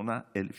28,000 שקלים.